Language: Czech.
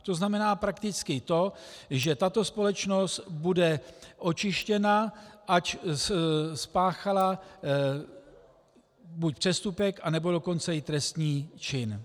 To znamená prakticky to, že tato společnost bude očištěna, ač spáchala buď přestupek, anebo dokonce i trestný čin.